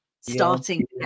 starting